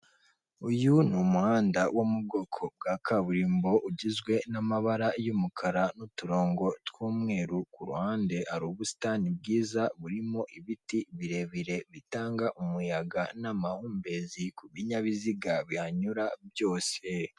Uyu ni umuhanda wo mu bwoko bwa kaburimbo ugizwe n'amabara y'umukara n'uturongo tw'umweru, ku ruhande hari ubusitani bwiza burimo ibiti birebire bitanga umuyaga n'amahumbezi ku binyabiziga bihanyura byose.